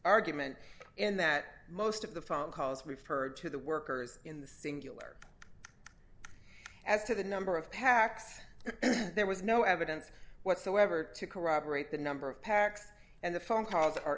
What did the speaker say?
rgument in that most of the phone calls referred to the workers in the singular as to the number of pacs there was no evidence whatsoever to corroborate the number of pacs and the phone calls are